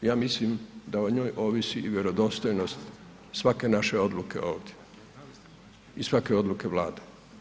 A ja mislim da o njoj ovisi i vjerodostojnost svake naše odluke ovdje i svake odluke Vlade.